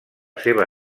seva